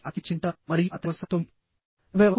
30 కి అక్కడికి చేరుకుంటాను మరియు అతని కోసం 9